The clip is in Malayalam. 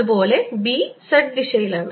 അതുപോലെ B z ദിശയിലാണ്